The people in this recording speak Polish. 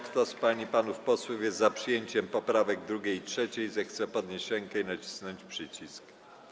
Kto z pań i panów posłów jest za przyjęciem poprawek 2. i 3., zechce podnieść rękę i nacisnąć przycisk.